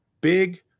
Big